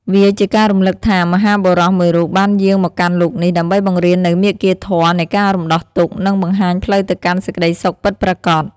វាជាការរំលឹកថា មហាបុរសមួយរូបបានយាងមកកាន់លោកនេះ ដើម្បីបង្រៀននូវមាគ៌ាធម៌នៃការរំដោះទុក្ខ និងបង្ហាញផ្លូវទៅកាន់សេចក្ដីសុខពិតប្រាកដ។